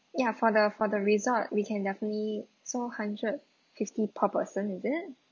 ya for the for the resort we can definitely so hundred fifty per person is it